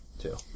two